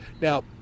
now